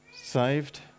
Saved